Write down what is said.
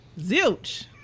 zilch